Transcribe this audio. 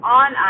on